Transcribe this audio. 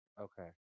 Okay